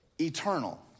eternal